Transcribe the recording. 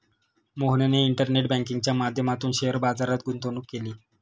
मोहनने इंटरनेट बँकिंगच्या माध्यमातून शेअर बाजारात गुंतवणूक केली